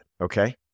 Okay